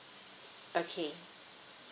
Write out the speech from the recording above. okay